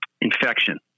infection